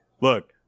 look